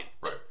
Right